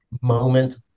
moment